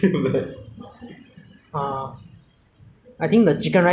lah because there the the hawkers are like the older generation hawkers